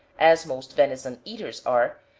as most venison eaters are,